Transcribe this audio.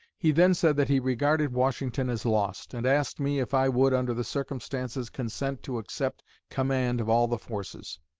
he then said that he regarded washington as lost, and asked me if i would, under the circumstances, consent to accept command of all the forces.